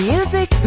Music